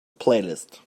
playlist